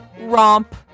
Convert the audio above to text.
romp